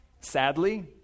sadly